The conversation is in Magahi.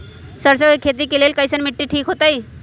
सरसों के खेती के लेल कईसन मिट्टी ठीक हो ताई?